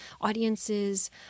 audiences